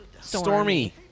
Stormy